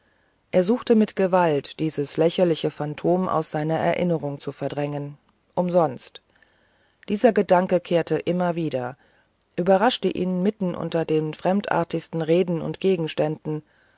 er suchte mit gewalt dieses lächerliche phantom aus seiner erinnerung zu verdrängen umsonst dieser gedanke kehrte immer wieder überraschte ihn mitten unter den fremdartigsten reden und gegenständen